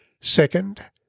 Second